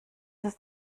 ist